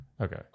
okay